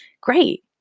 Great